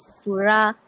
surah